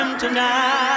tonight